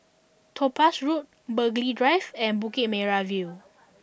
Topaz Road Burghley Drive and Bukit Merah View